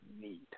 need